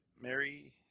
Mary